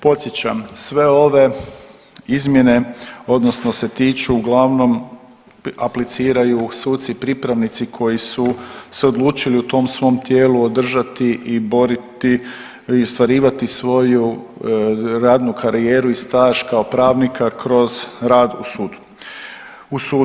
Podsjećam sve ove izmjene se tiču uglavnom apliciraju suci pripravnici koji su se odlučili u tom svom tijelu održati i boriti i ostvarivati svoju radnu karijeru i staž kao pravnik a kroz rad u sudu.